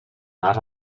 not